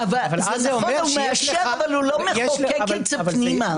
הוא מאשר אבל הוא לא מחוקק את זה פנימה.